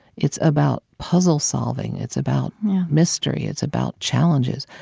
it's about puzzle-solving. it's about mystery. it's about challenges.